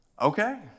okay